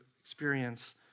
experience